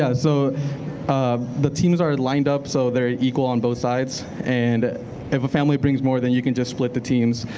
ah so um the teams are lined up so they're equal on both sides. and if a family brings more than you can just split the teams.